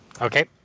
Okay